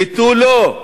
ותו לא.